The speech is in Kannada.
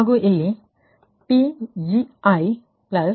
ಹಾಗೂ ಇಲ್ಲಿ Pgi jQ qi ಇದೆ